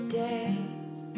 days